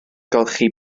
golchi